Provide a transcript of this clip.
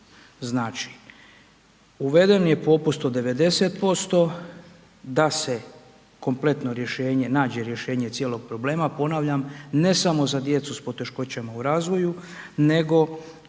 Znači, uveden je popust od 90% da se kompletno nađe rješenje cijelog problema, ponavljam ne samo za djecu sa poteškoćama u razvoju nego